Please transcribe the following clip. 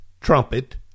trumpet